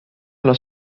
alla